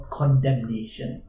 condemnation